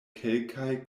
kelkaj